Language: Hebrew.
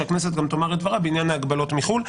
שהכנסת גם תאמר את דברה בעניין ההגבלות מחו"ל.